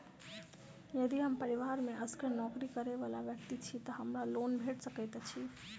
यदि हम परिवार मे असगर नौकरी करै वला व्यक्ति छी तऽ हमरा लोन भेट सकैत अछि?